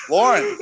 Lauren